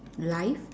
life